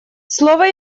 слово